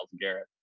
Garrett